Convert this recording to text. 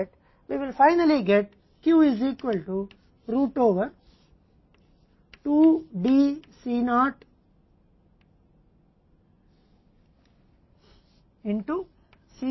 इसलिए यह Q के साथ साथ s के लिए अंतिम अभिव्यक्ति होगी यह है हमें देगा s Q Cc 1 D P